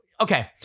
okay